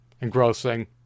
engrossing